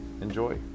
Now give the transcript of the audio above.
Enjoy